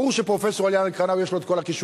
ברור שפרופסור עליאן אל-קרינאווי יש לו את כל הכישורים,